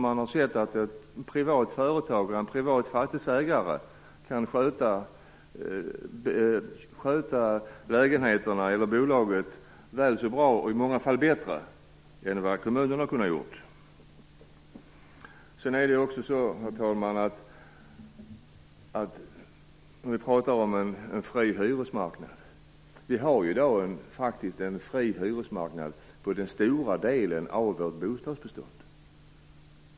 Man har sett att en privat fastighetsägare kan sköta bostadsbolaget väl så bra och i många fall bättre än kommunen. Herr talman! Det talas om en fri hyresmarknad. Vi har i dag faktiskt en fri marknad för den stora delen av vårt bostadsbestånd.